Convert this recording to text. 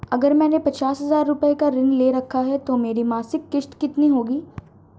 अगर मैंने पचास हज़ार रूपये का ऋण ले रखा है तो मेरी मासिक किश्त कितनी होगी?